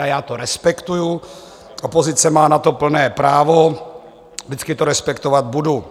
A já to respektuji, opozice má na to plné právo, vždycky to respektovat budu.